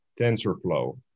TensorFlow